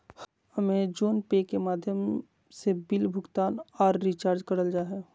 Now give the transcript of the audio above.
अमेज़ोने पे के माध्यम से बिल भुगतान आर रिचार्ज करल जा हय